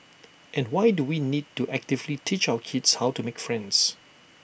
and why do we need to actively teach our kids how to make friends